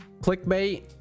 clickbait